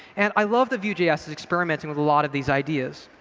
and i love that vue js is experimenting with a lot of these ideas.